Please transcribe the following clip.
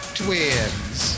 twins